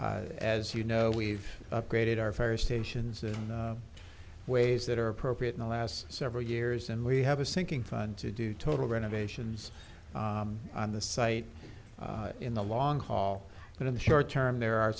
that as you know we've upgraded our fire stations in ways that are appropriate in the last several years and we have a sinking fund to do total renovations on the site in the long haul but in the short term there are